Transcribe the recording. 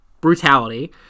brutality